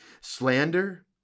slander